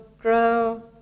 grow